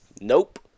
Nope